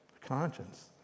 conscience